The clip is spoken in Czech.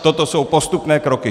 Toto jsou postupné kroky.